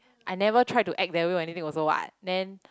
I never try to act that way when anything also what then